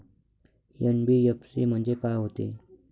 NBFC म्हणजे का होते?